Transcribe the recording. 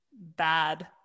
bad